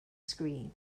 scream